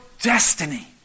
destiny